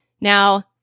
Now